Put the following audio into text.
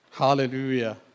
Hallelujah